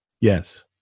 Yes